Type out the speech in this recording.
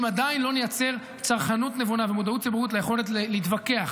אם עדיין לא נייצר צרכנות נבונה ומודעות ציבורית ליכולת להתווכח,